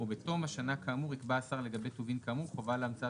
ובתום השנה כאמור יקבע השר לגבי טובין כאמור חובה להמצאת